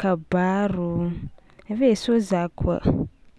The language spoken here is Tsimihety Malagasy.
kabaro, avy eo soja koa.